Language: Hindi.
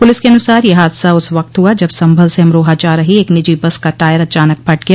प़लिस के अनुसार यह हादसा उस वक्त हुआ जब संभल से अमरोहा जा रही एक निजी बस का टायर अचानक फट गया